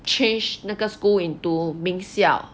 change 那个 school into 名校